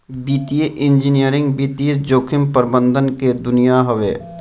वित्तीय इंजीनियरिंग वित्तीय जोखिम प्रबंधन के दुनिया हवे